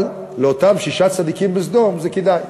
אבל לאותם שישה צדיקים בסדום, זה כדאי.